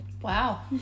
Wow